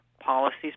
policies